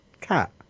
Cat